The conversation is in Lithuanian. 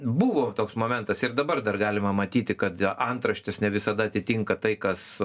buvo toks momentas ir dabar dar galima matyti kad antraštės ne visada atitinka tai kas